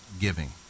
giving